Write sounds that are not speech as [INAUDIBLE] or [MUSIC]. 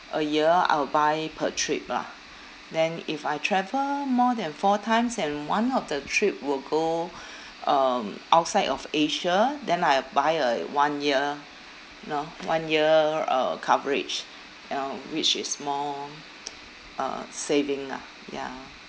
a year I will buy per trip lah then if I travel more than four times and one of the trip will go um outside of asia then I buy a one year you know one year uh coverage you know which is more [NOISE] uh saving ah ya